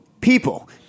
people